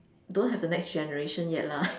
don't have the next generation yet lah